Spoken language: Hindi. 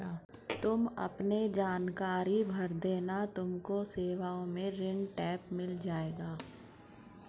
तुम अपने जानकारी भर देना तुमको सेवाओं में ऋण टैब मिल जाएगा